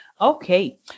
Okay